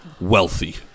wealthy